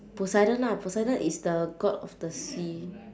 poseidon ah poseidon is the god of the sea